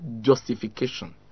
justification